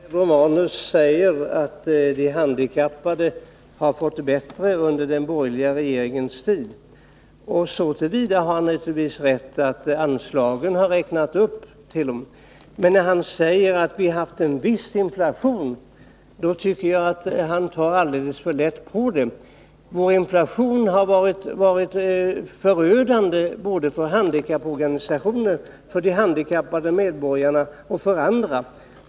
Herr talman! Gabriel Romanus säger att de handikappade har fått det bättre under den borgerliga regeringens tid. Så till vida har han naturligtvis rätt att anslagen har räknats upp, men när han säger att vi har haft en viss inflation tycker jag att han tar alldeles för lätt på saken. Vår inflation har varit förödande för handikapporganisationerna, för de handikappade medborgarna och för andra.